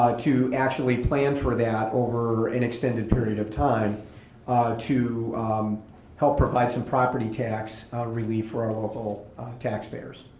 ah to actually plan for that over an extended period of time to help provide some property tax relief for our local tax payers.